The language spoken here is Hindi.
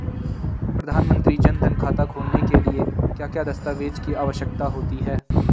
प्रधानमंत्री जन धन खाता खोलने के लिए क्या क्या दस्तावेज़ की आवश्यकता होती है?